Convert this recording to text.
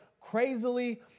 crazily